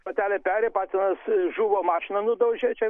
patelė peri patinas žuvo mašina nudaužė čia